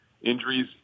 Injuries